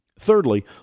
Thirdly